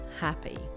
happy